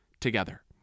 together